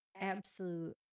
absolute